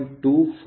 ಇದು 0